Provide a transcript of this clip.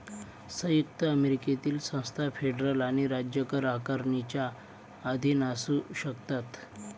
संयुक्त अमेरिकेतील संस्था फेडरल आणि राज्य कर आकारणीच्या अधीन असू शकतात